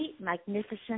magnificent